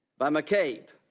by mccabe.